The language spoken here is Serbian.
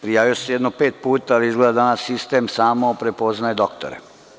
Prijavio sam se jedno pet puta, ali izgleda sistem danas samo prepoznaje doktore.